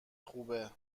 خوبه